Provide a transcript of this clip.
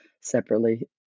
separately